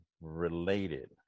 related